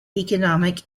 economic